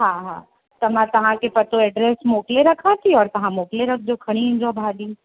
हा हा त मां तव्हांखे पतो एड्रेस मोकिले रखां थी और तव्हां मोकिले रखिजो खणी अचिजो भाॼी